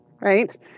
right